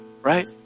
right